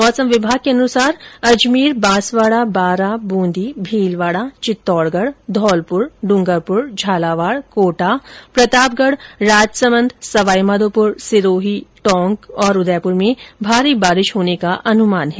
मौसम विभाग के अनुसार अजमेर बांसवाड़ा बारा ब्रंदी भीलवाड़ा चित्तौडगढ धौलप्र डूंगरपुर झालावाड कोटा प्रतापगढ राजसमंद सवाईमाधोपुर सिरोही टोंक और उदयपुर में भारी बारिश होने का अनुमान है